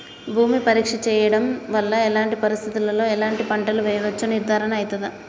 భూమి పరీక్ష చేయించడం వల్ల ఎలాంటి పరిస్థితిలో ఎలాంటి పంటలు వేయచ్చో నిర్ధారణ అయితదా?